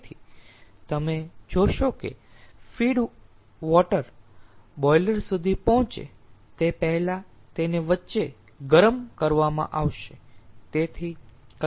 તેથી તમે જોશો કે ફીડ વોટર બોઈલર સુધી પહોંચે તે પહેલાં તેને વચ્ચે ગરમ કરવામાં આવશે